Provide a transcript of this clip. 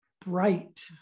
bright